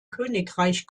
königreich